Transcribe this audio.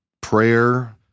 prayer